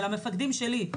ולמפקדים שלי,